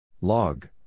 Log